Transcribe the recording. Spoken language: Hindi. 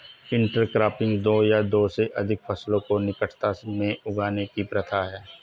इंटरक्रॉपिंग दो या दो से अधिक फसलों को निकटता में उगाने की प्रथा है